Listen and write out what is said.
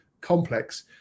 complex